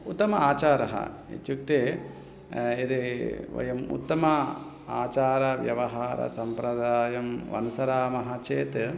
उतमः आचारः इत्युक्ते यदि वयम् उत्तमम् आचारव्यवहारसम्प्रदायम् अनुसरामः चेत्